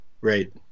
right